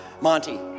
Monty